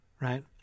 right